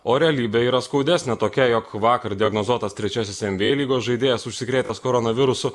o realybė yra skaudesnė tokia jog vakar diagnozuotas trečiasis nba lygos žaidėjas užsikrėtęs koronavirusu